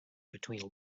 between